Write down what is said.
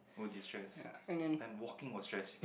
would destress and walking will stress